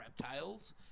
reptiles